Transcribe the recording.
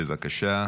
בבקשה.